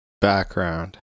Background